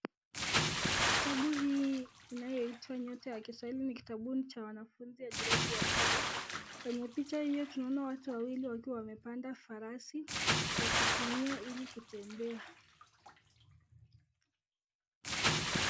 Kitabu hii inayo itwa nyota ya kiswahili ni kitabu cha wanafunzi wa gradi ya pili, kwenye picha hiyo tunaona watu wawili wamepanda farasi wakitumia ili kutembea.